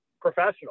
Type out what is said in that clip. professional